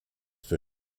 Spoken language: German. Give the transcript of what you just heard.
für